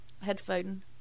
headphone